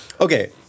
Okay